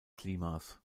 klimas